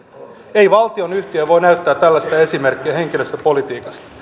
ei valtionyhtiö voi näyttää tällaista esimerkkiä henkilöstöpolitiikasta